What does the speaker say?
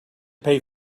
pay